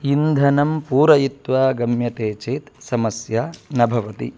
इन्धनं पूरयित्वा गम्यते चेत् समस्या न भवति